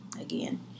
again